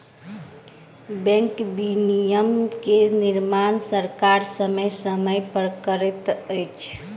bank विनियमन के निर्माण सरकार समय समय पर करैत अछि